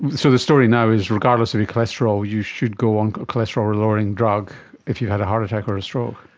so the story now is regardless of your cholesterol you should go on a cholesterol lowering drug if you've had a heart attack or a stroke.